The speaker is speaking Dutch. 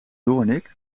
doornik